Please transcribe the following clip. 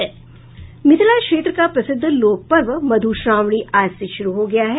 मिथिला क्षेत्र का प्रसिद्ध लोक पर्व मधु श्रावणी आज से शुरू हो गया है